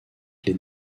les